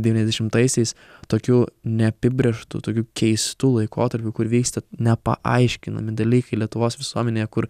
devyniasdešimtaisiais tokiu neapibrėžtu tokiu keistu laikotarpiu kur vyksta nepaaiškinami dalykai lietuvos visuomenėje kur